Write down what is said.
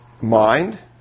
mind